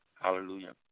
Hallelujah